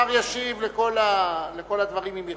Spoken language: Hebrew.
השר ישיב על כל הדברים, אם ירצה,